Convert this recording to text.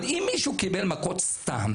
אבל אם מישהו קיבל מכות סתם